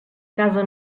casa